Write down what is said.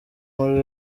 muri